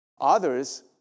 Others